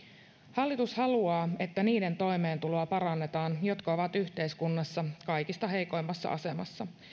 hallitus haluaa että niiden toimeentuloa parannetaan jotka ovat yhteiskunnassa kaikista heikoimmassa asemassa